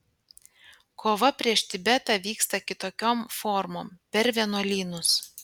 kova prieš tibetą vyksta kitokiom formom per vienuolynus